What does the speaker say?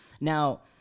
Now